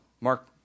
Mark